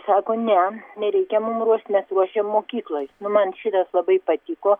sako ne nereikia mum ruošt mes ruošiam mokykloj nu man šitas labai patiko